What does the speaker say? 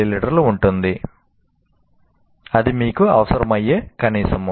లీ ఉంటుంది అది మీకు అవసరమయ్యే కనీసము